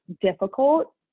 difficult